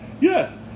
Yes